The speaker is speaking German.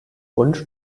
wunsch